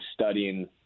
studying